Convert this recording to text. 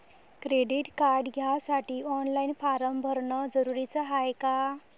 Credit card घ्यासाठी online form भरन जरुरीच हाय का?